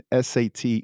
SAT